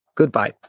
Goodbye